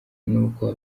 nuko